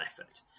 effort